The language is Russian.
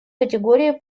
категории